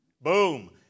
Boom